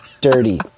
dirty